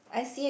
I see it